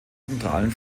zentralen